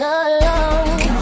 alone